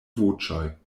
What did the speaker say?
voĉoj